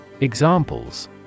Examples